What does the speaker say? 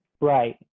right